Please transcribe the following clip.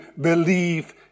believe